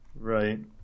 Right